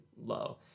low